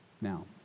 Now